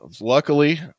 luckily